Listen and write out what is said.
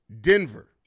Denver